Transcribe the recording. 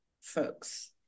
folks